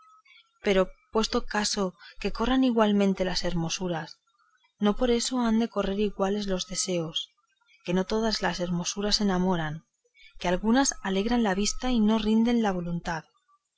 pero puesto caso que corran igualmente las hermosuras no por eso han de correr iguales los deseos que no todas hermosuras enamoran que algunas alegran la vista y no rinden la voluntad